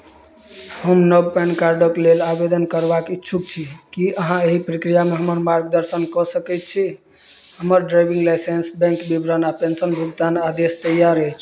हम नव पैन कार्डक लेल आवेदन करबाक इच्छुक छी की अहाँ एहि प्रक्रियामे हमर मार्गदर्शन कऽ सकैत छी हमर ड्राइविंग लाइसेंस बैंक विवरण आ पेंशन भुगतान आदेश तैयार अछि